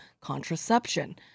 contraception